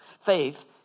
faith